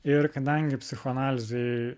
ir kadangi psichoanalizėj